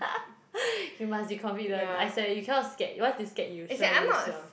you must be confident I swear you cannot scared once you scared you sure lose your